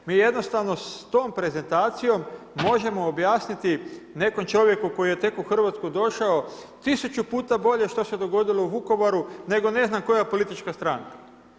Mi jednostavno s tom prezentacijom možemo objasniti nekom čovjeku koji je tek u Hrvatsku došao, 1000 puta bolje što se dogodilo u Vukovaru, nego ne znam koja politička stranka.